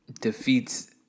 defeats